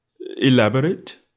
Elaborate